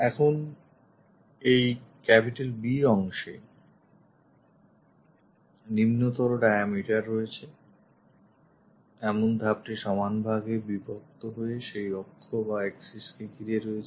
এখন এই B অংশে নিম্নতর ডায়ামিটার রয়েছে এমন ধাপটি সমান ভাগে বিভক্ত হয়ে সেই অক্ষ বা axis কে ঘিরে রয়েছে